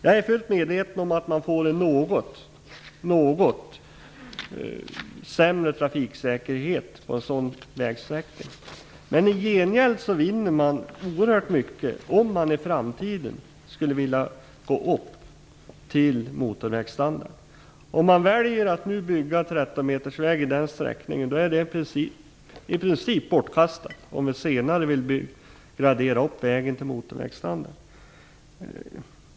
Jag är fullt medveten om att man får en något sämre trafiksäkerhet på en sådan vägsträckning, men i gengäld vinner man oerhört mycket om man i framtiden skulle vilja gå upp till motorvägsstandard. Om man väljer att nu bygga 13-metersväg i den sträckningen är det i princip bortkastat om man senare vill gradera upp vägen till motorvägsstandard.